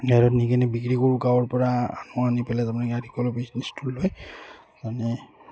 নি কিনি বিক্ৰী কৰোঁ গাঁৱৰপৰা মানুহ আনি পেলাই তাৰমানে বিজনেছটো লয় মানে